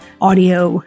audio